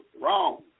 wrong